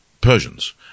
Persians